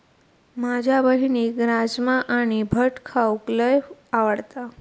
माझ्या बहिणीक राजमा आणि भट खाऊक लय आवडता